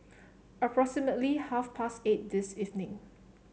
approximately half past eight this evening